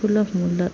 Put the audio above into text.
ফুল of মুডত